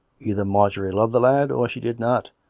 either marjorie loved the lad, or she did not,